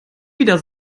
wieder